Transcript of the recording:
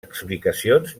explicacions